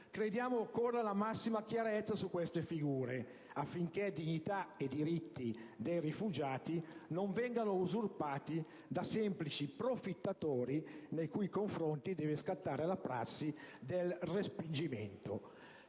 crediamo occorra la massima chiarezza su queste figure, affinché dignità e diritti dei rifugiati non vengano usurpati da semplici profittatori, nei cui confronti deve scattare la prassi del respingimento.